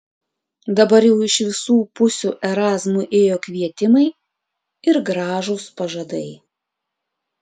dabar jau iš visų pusių erazmui ėjo kvietimai ir gražūs pažadai